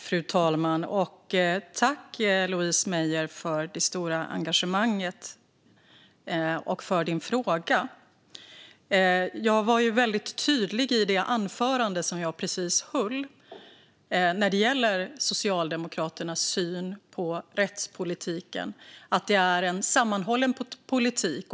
Fru talman! Tack för det stora engagemanget, Louise Meijer, och för din fråga! I det anförande jag precis höll var jag väldigt tydlig när det gäller Socialdemokraternas syn på rättspolitiken, det vill säga att det är en sammanhållen politik.